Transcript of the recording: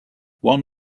one